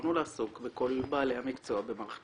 בחרנו לעסוק בכל בעלי המקצוע במערכת